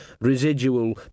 residual